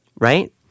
Right